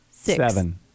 Seven